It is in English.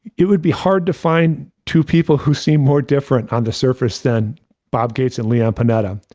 it would be hard to find two people who seem more different on the surface than bob gates and leon panetta.